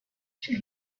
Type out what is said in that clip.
she